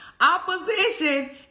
opposition